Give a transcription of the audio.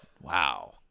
wow